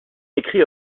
écrit